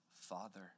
father